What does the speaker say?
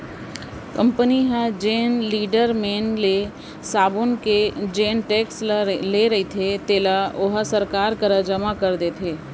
company ह जेन dealer मेर ले साबून के जेन टेक्स ले रहिथे ओला ओहा सरकार करा जमा करा देथे